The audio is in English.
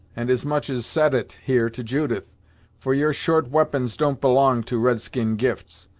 and as much as said it, here, to judith for your short we'pons don't belong to red-skin gifts.